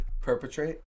Perpetrate